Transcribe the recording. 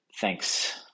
Thanks